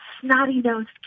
snotty-nosed